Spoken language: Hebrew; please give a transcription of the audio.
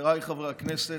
חבריי חברי הכנסת,